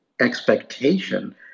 expectation